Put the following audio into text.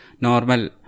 normal